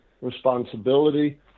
responsibility